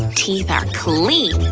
teeth are clean!